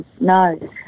No